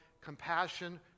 Compassion